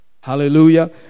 Hallelujah